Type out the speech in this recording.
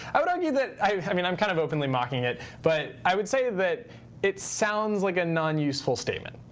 i would argue that i mean, i'm kind of openly mocking it. but i would say that it sounds like a non-useful statement.